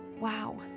wow